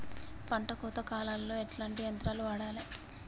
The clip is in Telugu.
పంట కోత కాలాల్లో ఎట్లాంటి యంత్రాలు వాడాలే?